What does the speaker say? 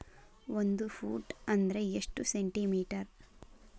ಒಂದು ಫೂಟ್ ಅಂದ್ರ ಎಷ್ಟು ಸೆಂಟಿ ಮೇಟರ್?